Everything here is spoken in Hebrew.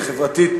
החברתית,